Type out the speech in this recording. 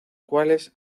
cuales